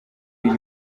uyu